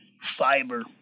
fiber